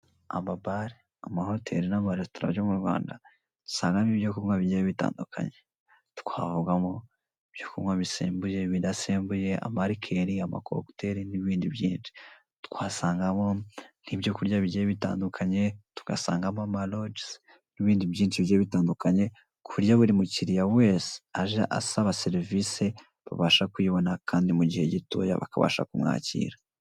Amabare, amahoteli n'amaresitora byo mu Rwanda dusangamo ibyo kunywa bigiye bitandukanye, twavugamo ibyo kunywa bisembuye, ibadasembuye, amalikeri, amakokiteli n'ibindi byinshi. Twasangamo n'ibyo kunywa bigiye bitandukanye tugasangamo amalogizi n'ibindi byinshi bigiye bitandukanye. kuburyo buri mukiriya wese aje asaba serivise babasha kuyibona kandi mugihe gitoya bakabasha kumwakira.